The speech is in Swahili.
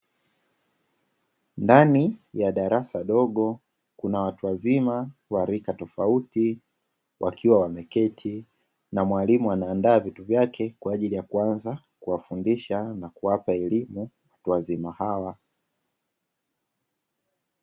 Ndani ya darasa dogo kuna watu wazima wa rika tofauti wakiwa wameketi, na mwalimu anaandaa vitu vyake kwa ajili ya kuanza kuwafundisha na kuwapa elimu watu wazima hawa.